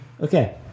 okay